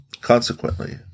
Consequently